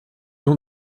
ont